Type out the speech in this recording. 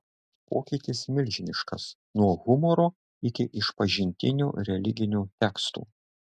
pokytis milžiniškas nuo humoro iki išpažintinių religinių tekstų